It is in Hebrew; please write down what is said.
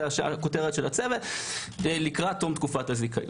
זו הייתה --- של הצוות לקראת תום תקופת הזיכיון.